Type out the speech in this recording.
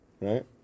right